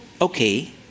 okay